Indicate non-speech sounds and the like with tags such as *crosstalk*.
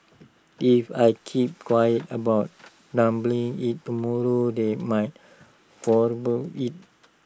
*noise* if I keep quiet about doubling IT tomorrow they might quadruple IT